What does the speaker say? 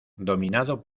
dominado